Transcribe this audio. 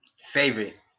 favorite